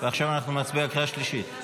עכשיו אנחנו נצביע בקריאה שלישית.